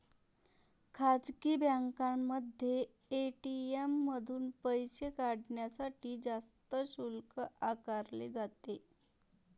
खासगी बँकांमध्ये ए.टी.एम मधून पैसे काढण्यासाठी जास्त शुल्क आकारले जाते